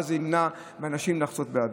ואז זה ימנע מאנשים לחצות באדום.